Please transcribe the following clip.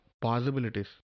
possibilities